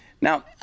now